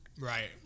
Right